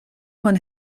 von